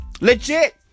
Legit